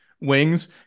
wings